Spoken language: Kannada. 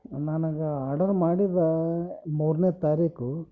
ನನಗೆ ಆಡರ್ ಮಾಡಿದ ಮೂರನೇ ತಾರೀಖು